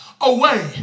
away